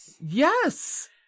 Yes